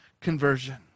conversion